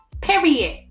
period